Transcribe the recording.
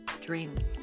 dreams